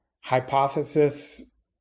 hypothesis